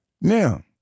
Now